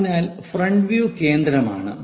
അതിനാൽ front view കേന്ദ്രമാണ്